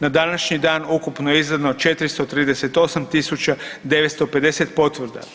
Na današnji dan ukupno je izdano 438 950 potvrda.